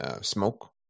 smoke